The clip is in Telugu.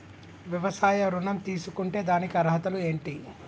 వ్యవసాయ ఋణం తీసుకుంటే దానికి అర్హతలు ఏంటి?